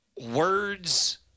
Words